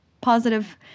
positive